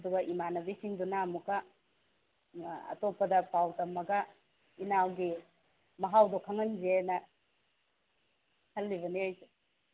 ꯑꯗꯨꯒ ꯏꯃꯥꯟꯅꯕꯤꯁꯤꯡꯗꯨꯅ ꯑꯃꯨꯛꯀ ꯑꯇꯣꯞꯄꯗ ꯄꯥꯎ ꯇꯝꯃꯒ ꯏꯅꯥꯎꯒꯤ ꯃꯍꯥꯎꯗꯨ ꯈꯪꯍꯟꯁꯦꯅ ꯈꯜꯂꯤꯕꯅꯤ ꯑꯩꯁꯨ